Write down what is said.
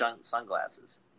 sunglasses